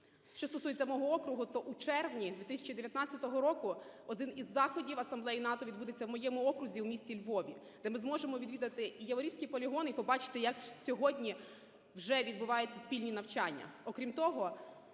Що стосується мого округу, то у червні 2019 року один із заходів асамблеї НАТО відбудеться в моєму окрузі в місті Львові, де ми зможемо відвідати і Яворівській полігон і побачити як сьогодні вже відбуваються спільні навчання.